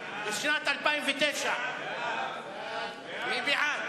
לשנת 2009. מי בעד?